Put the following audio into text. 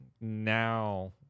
now